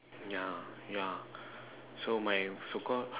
yeah yeah so my so called